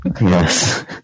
Yes